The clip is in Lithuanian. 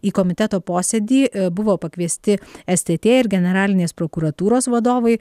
į komiteto posėdį buvo pakviesti stt ir generalinės prokuratūros vadovai